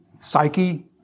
psyche